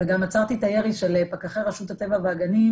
וגם עצרתי את הירי של פקחי רשות הטבע והגנים